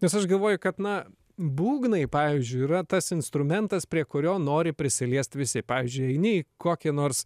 nes aš galvoju kad na būgnai pavyzdžiui yra tas instrumentas prie kurio nori prisiliest visi pavyzdžiui eini į kokį nors